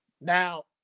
Now